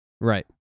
Right